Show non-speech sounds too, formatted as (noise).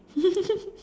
(laughs)